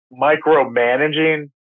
micromanaging